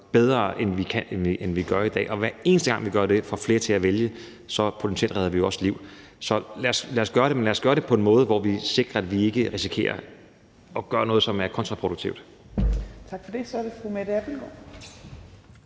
bedre, end vi gør i dag. Og hver eneste gang vi gør det – får flere til at vælge – redder vi potentielt også liv. Så lad os gøre det, men lad os gøre det på en måde, hvor vi sikrer, at vi ikke risikerer at gøre noget, som er kontraproduktivt. Kl. 13:02 Tredje næstformand